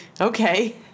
Okay